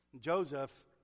Joseph